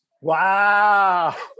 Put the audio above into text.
Wow